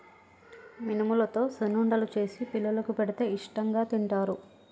మినుములతో సున్నుండలు చేసి పిల్లలకు పెడితే ఇష్టాంగా తింటారు